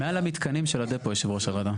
תמ"א 70. מעל המתקנים של הדפו, יושב ראש הוועדה.